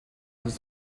was